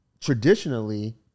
traditionally